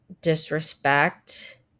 disrespect